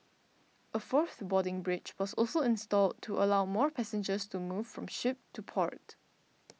a fourth boarding bridge was also installed to allow more passengers to move from ship to port